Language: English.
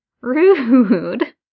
Rude